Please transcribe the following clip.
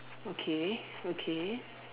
okay okay